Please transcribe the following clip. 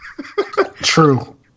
True